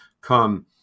come